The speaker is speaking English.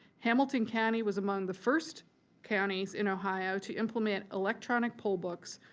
hamilton county was among the first counties in ohio to implement electronic poll books,